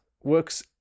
works